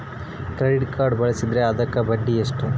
Credit card ಬಳಸಿದ್ರೇ ಅದಕ್ಕ ಬಡ್ಡಿ ಎಷ್ಟು?